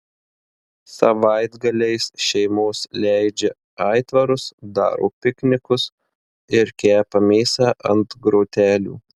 savaitgaliais šeimos leidžia aitvarus daro piknikus ir kepa mėsą ant grotelių